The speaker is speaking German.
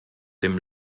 dem